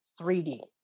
3D